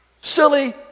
Silly